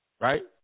right